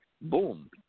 boom